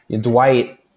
Dwight